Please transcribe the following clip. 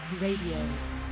Radio